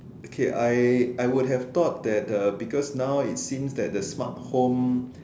okay I I would have thought that the because now it seems that the smart home